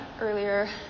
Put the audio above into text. earlier